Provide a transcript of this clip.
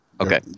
Okay